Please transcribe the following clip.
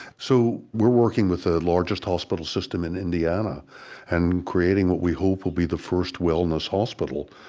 so we're working with the largest hospital system in indiana and creating what we hope will be the first wellness hospital,